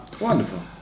Wonderful